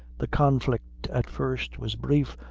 the conflict at first was brief,